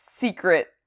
secret